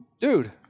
Dude